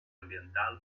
ambiental